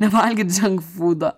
nevalgyt dženk fūdo